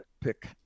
pick